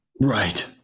Right